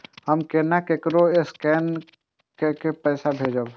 हम केना ककरो स्केने कैके पैसा भेजब?